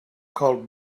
called